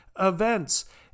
events